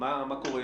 מה קורה עם זה?